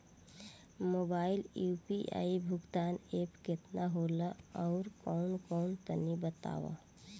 Mobile म UPI भुगतान app केतना होला आउरकौन कौन तनि बतावा?